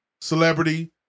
celebrity